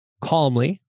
calmly